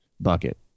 bucket